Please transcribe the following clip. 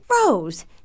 Rose